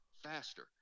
faster